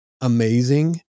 amazing